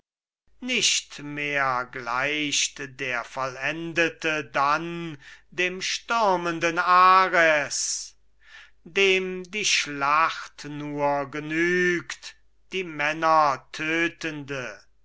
nicht mehr gleicht der vollendete dann dem stürmenden ares dem die schlacht nur genügt die